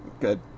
Good